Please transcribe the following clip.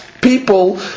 people